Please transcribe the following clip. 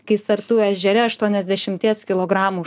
kai sartų ežere aštuoniasdešimties kilogramų